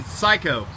psycho